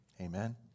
Amen